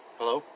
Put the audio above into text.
Hello